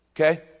Okay